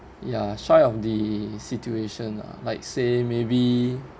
ya shy of the situation ah like say maybe